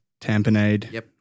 tamponade